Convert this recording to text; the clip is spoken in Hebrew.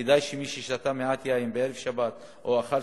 כדי שמי ששתה מעט יין בערב שבת או אכל